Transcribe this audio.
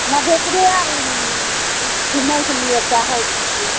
मधेपुरे आओर घुमैके लिए चाहै छिए